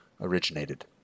originated